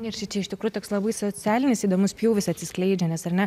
ne čia iš tikrųjų toks labai socialinis įdomus pjūvis atsiskleidžia nes ar ne